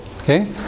okay